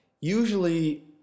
usually